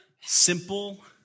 Simple